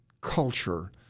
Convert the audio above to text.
culture